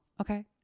Okay